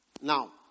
Now